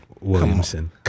Williamson